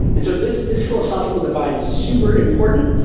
and so this this philosophical divide is super important.